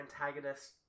antagonist